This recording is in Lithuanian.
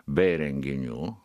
bei renginių